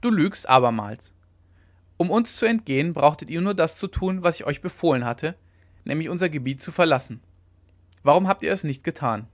du lügst abermals um uns zu entgehen brauchtet ihr nur das zu tun was ich euch befohlen hatte nämlich unser gebiet zu verlassen warum habt ihr das nicht getan